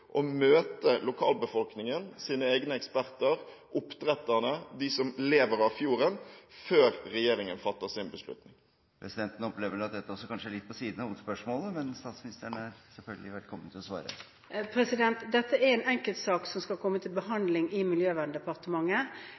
egne eksperter, oppdretterne, de som lever av fjorden, før regjeringen fatter sin beslutning. Presidenten opplever at dette kanskje er litt på siden av hovedspørsmålet, men statsministeren er selvfølgelig velkommen til å svare. Dette er en enkeltsak som skal komme til behandling i Miljøverndepartementet